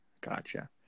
Gotcha